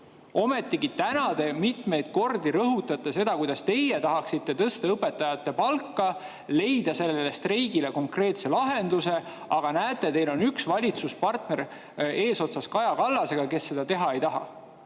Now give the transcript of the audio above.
olete te [nüüd] mitmeid kordi rõhutanud, et teie tahaksite tõsta õpetajate palka, leida sellele streigile konkreetse lahenduse, aga näete, teil on üks valitsuspartner eesotsas Kaja Kallasega, kes seda teha ei taha.